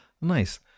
Nice